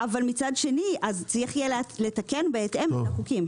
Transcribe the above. מצד שני צריך יהיה לתקן בהתאם את החוקים.